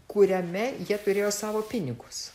kuriame jie turėjo savo pinigus